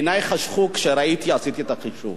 עיני חשכו כשעשיתי את החישוב.